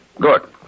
Good